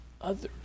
others